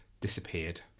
disappeared